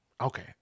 okay